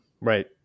Right